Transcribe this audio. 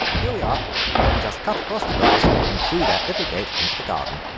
here we are we just cut across the grass and through that little gate into the garden.